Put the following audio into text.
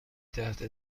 تحت